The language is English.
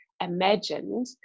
Imagined